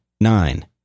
nine